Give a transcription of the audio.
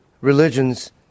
religions